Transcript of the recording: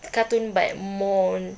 cartoon but more on